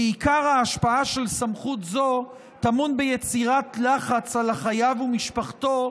כי עיקר ההשפעה של סמכות זאת טמון ביצירת לחץ על החייב ומשפחתו,